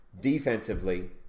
Defensively